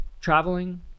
traveling